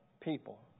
people